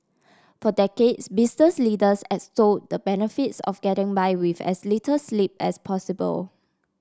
for decades business leaders extolled the benefits of getting by with as little sleep as possible